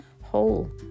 whole